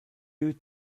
you